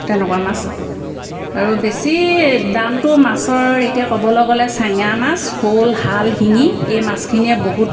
তেনেকুৱা মাছ আৰু বেছি দামটো মাছৰ এতিয়া ক'বলৈ গ'লে চেঙা মাছ শ'ল শাল শিঙি এই মাছখিনিয়ে বহুত